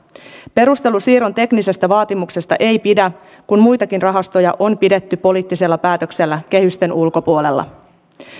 perustelu siirron teknisestä vaatimuksesta ei pidä kun muitakin rahastoja on pidetty poliittisella päätöksellä kehysten ulkopuolella